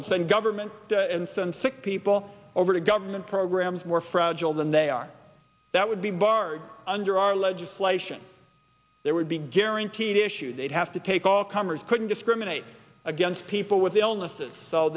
and send government and some sick people over to government programs more fragile than they are that would be barred under our legislation they would be guaranteed issue they'd have to take all comers couldn't discriminate against people with illnesses so